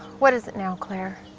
what is it now, clair?